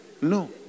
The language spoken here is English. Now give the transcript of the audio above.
No